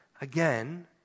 Again